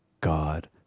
god